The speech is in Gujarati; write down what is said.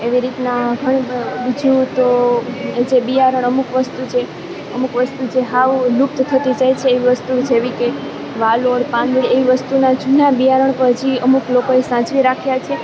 એવી રીતના ઘણું બીજું તો જે બિયારણ અમુક વસ્તુ છે અમુક વસ્તુ જે સાવ લુપ્ત થતી જાય છે એવી વસ્તુ જેવી કે વાલોળ એવી વસ્તુના જૂના બિયારણ હજી અમુક લોકોએ સાચવી રાખ્યા છે